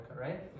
right